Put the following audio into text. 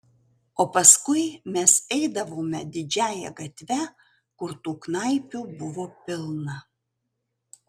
o paskui mes eidavome didžiąja gatve kur tų knaipių buvo pilna